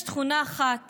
יש תכונה אחת